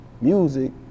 music